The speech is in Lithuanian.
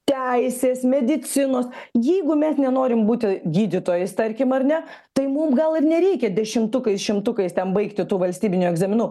teisės medicinos jeigu mes nenorim būti gydytojais tarkim ar ne tai mum gal ir nereikia dešimtukais šimtukais ten baigti tų valstybinių egzaminų